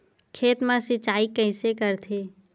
खेत मा सिंचाई कइसे करथे?